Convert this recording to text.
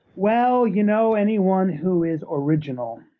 well, you know, anyone who is original.